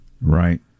Right